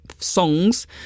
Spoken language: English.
songs